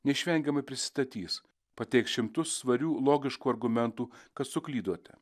neišvengiamai prisistatys pateiks šimtus svarių logiškų argumentų kad suklydote